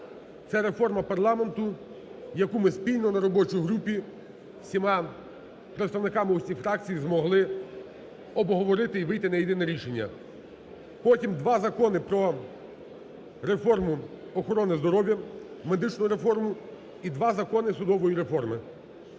це реформа парламенту, яку ми спільно на робочій групі з всіма представниками усіх фракцій змогли обговорити і вийти на єдине рішення. Потім – два закони про реформу охорони здоров'я, медичну реформу і два закони судової реформи.